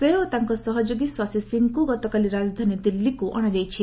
ସେ ଓ ତାଙ୍କ ସହଯୋଗୀ ଶଶୀ ସିଂଙ୍କୁ ଗତକାଲି ରାଜଧାନୀ ଦିଲ୍ଲୀକୁ ଅଣାଯାଇଛି